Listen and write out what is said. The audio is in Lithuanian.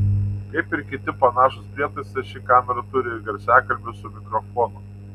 kaip ir kiti panašūs prietaisai ši kamera turi ir garsiakalbį su mikrofonu